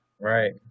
Right